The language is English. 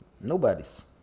Nobody's